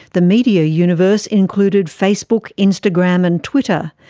the media universe included facebook, instagram and twitter,